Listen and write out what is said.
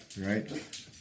Right